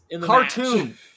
Cartoon